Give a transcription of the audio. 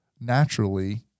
naturally